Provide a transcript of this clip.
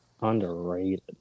Underrated